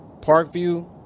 Parkview